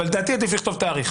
אבל לדעתי עדיף לכתוב תאריך.